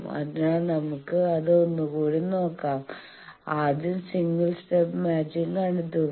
അതിനാൽ നമുക്ക് അത് ഒന്നുകൂടി നോക്കാം ആദ്യം single step matching single step matching കണ്ടെത്തുക